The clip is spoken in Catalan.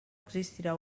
existirà